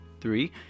Three